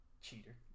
Cheater